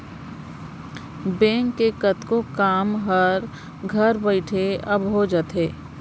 bank के कतको काम हर घर बइठे अब हो जाथे